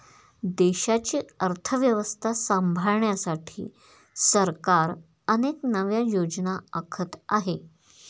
देशाची अर्थव्यवस्था सांभाळण्यासाठी सरकार अनेक नव्या योजना आखत आहे